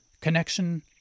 Connection